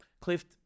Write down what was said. Clift